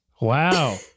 Wow